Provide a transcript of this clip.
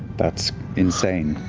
that's insane,